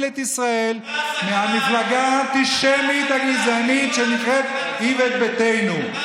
את ישראל מהמפלגה האנטישמית הגזענית שנקראת איווט ביתנו.